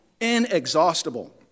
Inexhaustible